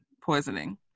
poisoning